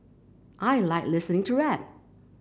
I like listening to rap